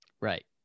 Right